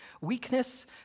weakness